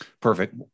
Perfect